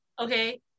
Okay